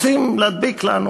רוצים להדביק לנו